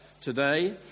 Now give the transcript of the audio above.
today